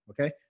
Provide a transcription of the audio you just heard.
Okay